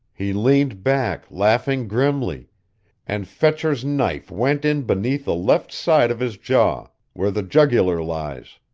he leaned back, laughing grimly and fetcher's knife went in beneath the left side of his jaw, where the jugular lies.